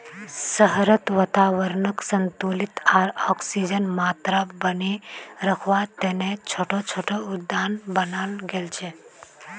शहरत वातावरनक संतुलित आर ऑक्सीजनेर मात्रा बनेए रखवा तने छोटो छोटो उद्यान बनाल गेल छे